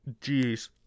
Jeez